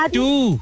two